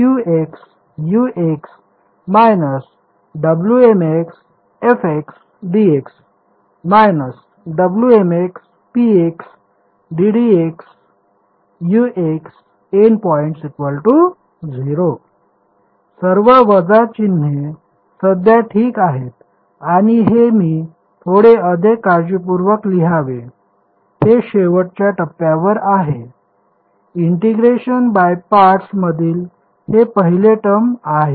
तर end points 0 सर्व वजा चिन्हे सध्या ठीक आहेत आणि हे मी थोडे अधिक काळजीपूर्वक लिहावे हे शेवटच्या टप्प्यावर आहे इंटिग्रेशन बाय पार्टस मधील हे पहिले टर्म आहे